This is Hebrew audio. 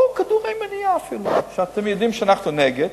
או אפילו כדורי מניעה, שאתם יודעים שאנחנו נגד.